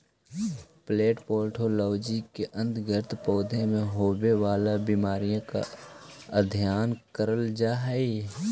plant pathology के अंतर्गत पौधों में होवे वाला बीमारियों का अध्ययन करल जा हई